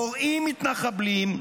פורעים מתנחבלים,